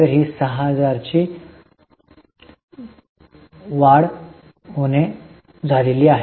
तर ही 6000 ची बाद होणे आहे